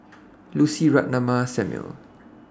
Lucy Ratnammah Samuel